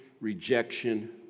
rejection